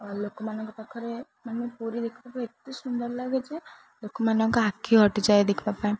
ଲୋକମାନଙ୍କ ପାଖରେ ମାନେ ପୁରୀ ଦେଖିବାକୁ ଏତେ ସୁନ୍ଦର ଲାଗେ ଯେ ଲୋକମାନଙ୍କ ଆଖି ହଟିଯାଏ ଦେଖିବା ପାଇଁ